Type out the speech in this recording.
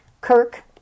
Kirk